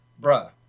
bruh